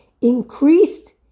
increased